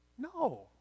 No